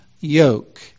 yoke